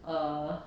err